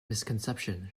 misconception